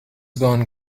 gone